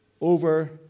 over